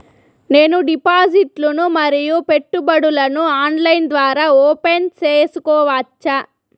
నేను డిపాజిట్లు ను మరియు పెట్టుబడులను ఆన్లైన్ ద్వారా ఓపెన్ సేసుకోవచ్చా?